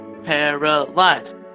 Paralyzed